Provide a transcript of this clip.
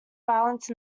violence